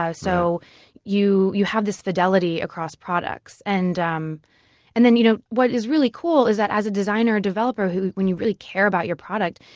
ah so you you have this fidelity across products. and um and then, you know, what is really cool is that as a designer or developer who, when you really care about your product,